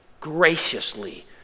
graciously